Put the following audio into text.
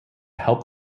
help